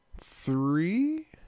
Three